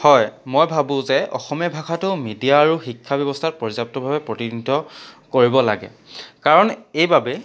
হয় মই ভাবো যে অসমীয়া ভাষাটো মিডিয়া আৰু শিক্ষা ব্যৱস্থাত পৰ্যাপ্তভাৱে প্ৰতিনিধিত্ব কৰিব লাগে কাৰণ এইবাবেই